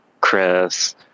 Chris